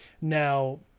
Now